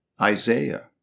Isaiah